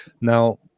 Now